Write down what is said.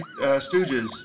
stooges